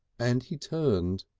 and he turned.